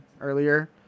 earlier